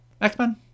x-men